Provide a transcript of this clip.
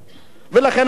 אתה יודע,